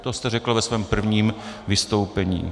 To jste řekl ve svém prvním vystoupení.